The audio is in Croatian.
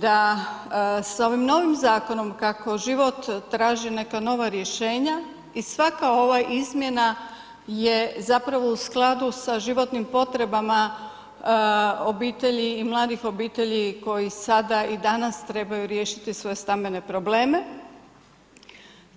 Da sa ovim zakonom kako život traži neka nova rješenja i svaka ova izmjena je zapravo u skladu sa životnim potrebama obitelji i mladih obitelji koji sada i danas trebaju riješiti svoje stambene probleme